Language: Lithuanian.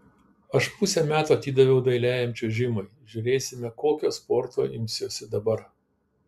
aš pusę metų atidaviau dailiajam čiuožimui žiūrėsime kokio sporto imsiuosi dabar